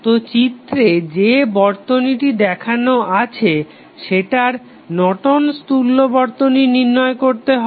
তো চিত্রে যে বর্তনীটি দেওয়া আছে সেটার নর্টন'স তুল্য বর্তনী নির্ণয় করতে হবে